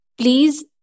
please